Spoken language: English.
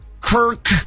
Kirk